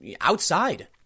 outside